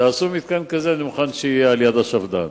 אני מוכן שזה יהיה ליד השפד"ן.